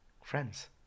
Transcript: friends